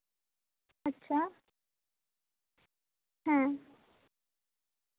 ᱟᱪᱪᱷᱟ ᱦᱮᱸ